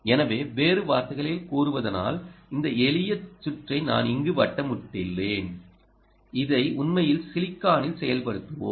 எனவே வேறு வார்த்தைகளில் கூறுவதானால் இந்த எளிய சுற்றை நான் இங்கு வட்டமிட்டுள்ளேன் இதை உண்மையில் சிலிக்கானில் செயல்படுத்துவோம்